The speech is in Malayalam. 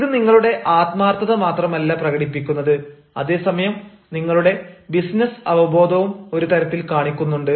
ഇത് നിങ്ങളുടെ ആത്മാർത്ഥത മാത്രമല്ല പ്രകടിപ്പിക്കുന്നത് അതേസമയം നിങ്ങളുടെ ബിസിനസ് അവബോധവും ഒരുതരത്തിൽ കാണിക്കുന്നുണ്ട്